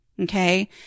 Okay